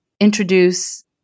introduce